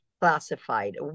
classified